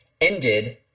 ended